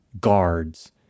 guards